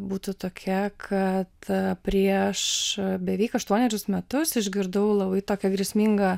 būtų tokia kad prieš beveik aštuonerius metus išgirdau labai tokią grėsmingą